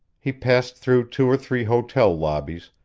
he passed through two or three hotel lobbies,